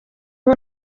ubu